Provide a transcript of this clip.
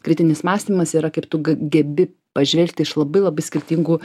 kritinis mąstymas yra kaip tu ga gebi pažvelgti iš labai labai skirtingų